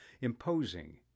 imposing